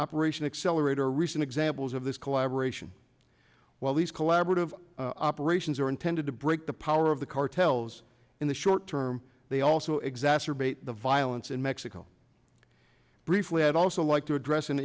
operation accelerator recent examples of this collaboration while these collaborative operations are intended to break the power of the cartels in the short term they also exacerbate the violence in mexico briefly i'd also like to address an